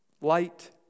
Light